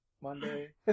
Monday